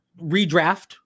redraft